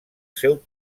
seu